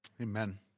Amen